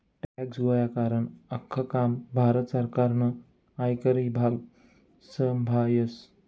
tax गोया करानं आख्खं काम भारत सरकारनं आयकर ईभाग संभायस